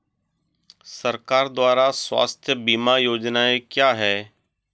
सरकार द्वारा स्वास्थ्य बीमा योजनाएं क्या हैं?